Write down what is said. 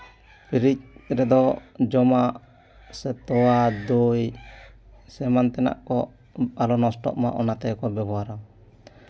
fridge ᱨᱮᱫᱚ ᱡᱚᱢᱟᱜ ᱥᱮ ᱛᱚᱣᱟ ᱫᱳᱭ ᱥᱮ ᱮᱢᱟᱱ ᱛᱮᱱᱟᱜ ᱠᱚ ᱟᱞᱚ ᱱᱚᱥᱴᱚᱜᱼᱢᱟ ᱚᱱᱟ ᱛᱮᱠᱚ ᱵᱮᱵᱚᱦᱟᱨᱟ